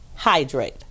Hydrate